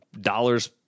dollars